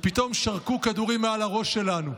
ופתאום שרקו כדורים מעל הראש שלנו.